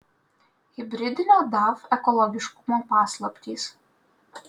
hibridinio daf ekologiškumo paslaptys